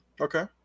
Okay